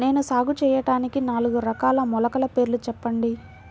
నేను సాగు చేయటానికి నాలుగు రకాల మొలకల పేర్లు చెప్పండి?